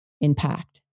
impact